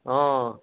অঁ